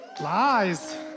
lies